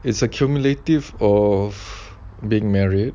it's a cumulative of being married